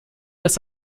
das